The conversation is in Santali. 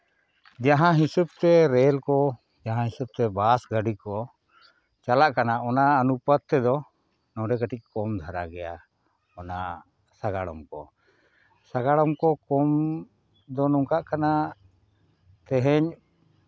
ᱡᱟᱦᱟᱸ ᱦᱤᱥᱟᱹᱵᱽ ᱛᱮ ᱨᱮᱞ ᱠᱚ ᱡᱟᱦᱟᱸ ᱦᱤᱥᱟᱹᱵᱽ ᱛᱮ ᱵᱟᱥ ᱜᱟᱹᱰᱤ ᱠᱚ ᱪᱟᱞᱟᱜ ᱠᱟᱱᱟ ᱚᱱᱟ ᱚᱱᱩᱯᱟᱛ ᱛᱮᱫᱚ ᱱᱚᱰᱮ ᱠᱟᱹᱴᱤᱡ ᱠᱚᱢ ᱫᱷᱟᱨᱟ ᱜᱮᱭᱟ ᱚᱱᱟ ᱥᱟᱸᱜᱟᱲᱚᱢ ᱠᱚ ᱠᱚᱢ ᱫᱚ ᱱᱚᱝᱠᱟᱜ ᱠᱟᱱᱟ ᱛᱮᱦᱤᱧ